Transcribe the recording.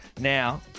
Now